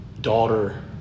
daughter